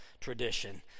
tradition